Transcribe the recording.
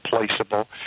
replaceable